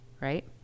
right